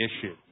issue